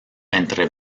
entre